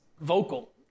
vocal